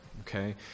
okay